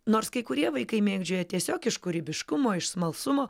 nors kai kurie vaikai mėgdžioja tiesiog iš kūrybiškumo iš smalsumo